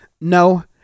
no